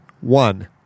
One